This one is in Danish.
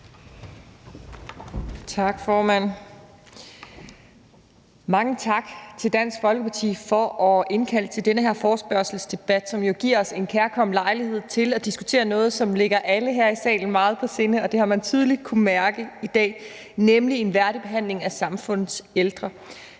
Tak, formand. Mange tak til Dansk Folkeparti for at indkalde til den her forespørgselsdebat, som giver os en kærkommen lejlighed til at diskutere noget, som ligger alle her i salen meget på sinde, hvilket man tydeligt har kunnet mærke i dag, nemlig en værdig behandling af samfundets ældre